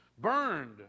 burned